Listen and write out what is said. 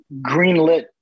greenlit